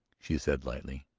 she said lightly.